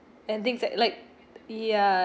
and things that like ya